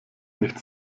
nicht